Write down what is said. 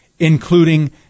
Including